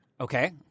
Okay